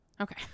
Okay